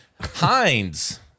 Heinz